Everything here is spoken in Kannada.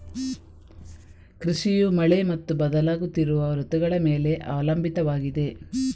ಕೃಷಿಯು ಮಳೆ ಮತ್ತು ಬದಲಾಗುತ್ತಿರುವ ಋತುಗಳ ಮೇಲೆ ಅವಲಂಬಿತವಾಗಿದೆ